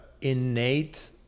innate